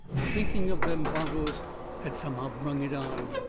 thinking of them bottles had somehow brung it on.